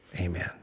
amen